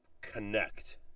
connect